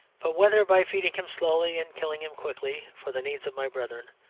but whether by feeding him slowly and killing him quickly for the needs of my brethren,